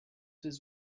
his